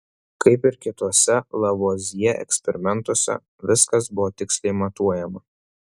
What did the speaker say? kaip ir kituose lavuazjė eksperimentuose viskas buvo tiksliai matuojama